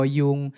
yung